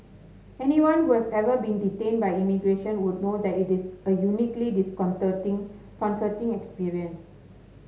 anyone who has ever been detained by immigration would know that it is a uniquely concerting experience